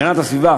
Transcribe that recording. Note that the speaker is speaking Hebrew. להגנת הסביבה